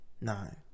nine